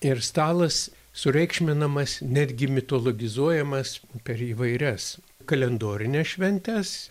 ir stalas sureikšminamas netgi mitologizuojamas per įvairias kalendorines šventes